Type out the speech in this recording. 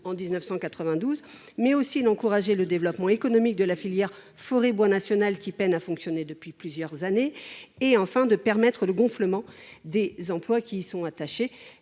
en 1992. Il est aussi d’encourager le développement économique de la filière forêt bois nationale, qui peine à fonctionner depuis plusieurs années. Il est enfin de permettre la croissance du nombre d’emplois qui y sont attachés.